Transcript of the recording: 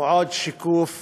הוא עוד שיקוף